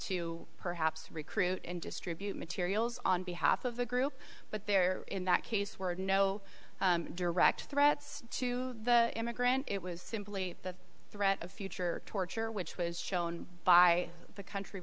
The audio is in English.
to perhaps recruit and distribute materials on behalf of the group but there in that case were no direct threats to the immigrant it was simply the threat of future torture which was shown by the country